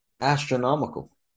Astronomical